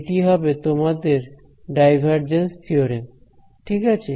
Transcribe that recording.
এটি হবে তোমাদের ডাইভারজেন্স থিওরেম ঠিক আছে